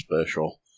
special